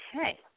Okay